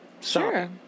Sure